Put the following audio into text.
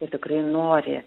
ir tikrai nori